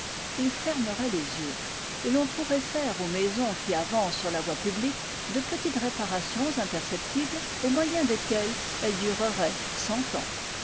il fermerait les yeux et l'on pourrait faire aux maisons qui avancent sur la voie publique de petites réparations imperceptibles au moyen desquelles elles dureraient cent ans